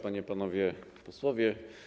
Panie i Panowie Posłowie!